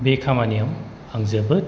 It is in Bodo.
बे खामानियाव आं जोबोद